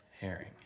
herring